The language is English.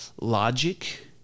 logic